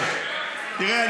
תראה,